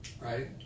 right